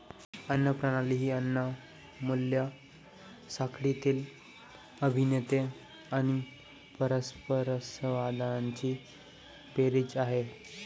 अन्न प्रणाली ही अन्न मूल्य साखळीतील अभिनेते आणि परस्परसंवादांची बेरीज आहे